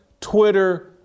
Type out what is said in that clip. Twitter